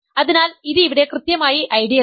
അതിനാൽ ഇത് ഇവിടെ കൃത്യമായി ഐഡിയലാണ്